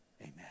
Amen